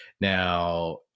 Now